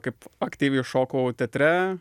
kaip aktyviai šokau teatre